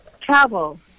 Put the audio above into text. travel